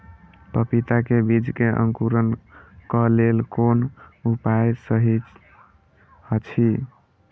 पपीता के बीज के अंकुरन क लेल कोन उपाय सहि अछि?